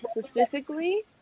specifically